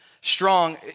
strong